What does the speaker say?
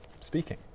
speaking